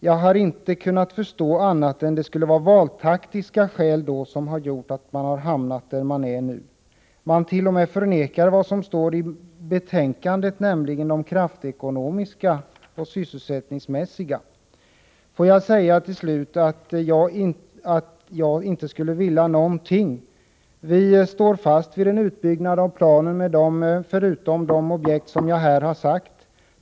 Jag har inte förstått annat än att det är valtaktiska skäl som har gjort att socialdemokraterna har hamnat i detta läge. De t.o.m. förnekar vad som står i betänkandet om kraftekonomiska och sysselsättningsmässiga hänsyn. Oskar Lindkvist påstod att vi inte vill någonting. Vi står emellertid fast vid en utbyggnad enligt planen förutom de objekt som jag här har angivit.